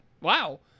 Wow